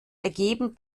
ergeben